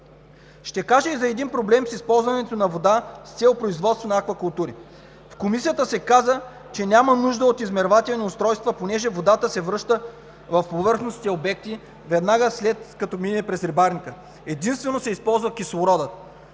Ще кажа и за един проблем с използването на вода с цел производство на аквакултури. В Комисията се каза, че няма нужда от измервателни устройства понеже водата се връща в повърхностните обекти, веднага след като мине през рибарника. Единствено се използва кислородът.